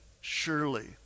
surely